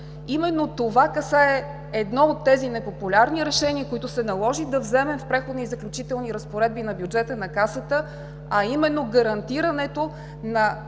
Именно това касае едно от тези непопулярни решения, които се наложи да вземем в Преходните и заключителните разпоредби на бюджета на Касата, а именно гарантирането на